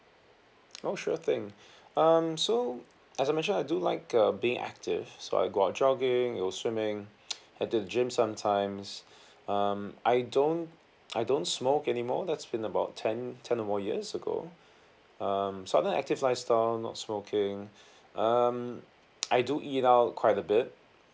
oh sure thing um so as I mentioned I do like uh being active so I go out jogging or swimming at the gym sometimes um I don't I don't smoke anymore that's been about ten ten or more years ago um active lifestyle not smoking um I do eat out quite a bit